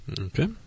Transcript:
Okay